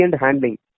handling